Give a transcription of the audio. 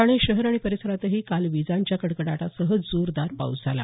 ठाणे शहर आणि परिसरातही काल विजांच्या कडकडाटासह जोरदार पाऊस झाला